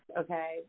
okay